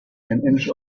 inch